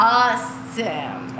awesome